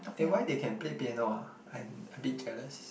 eh why they can play piano ah I'm a bit jealous